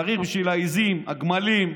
צריך בשביל העיזים, הגמלים.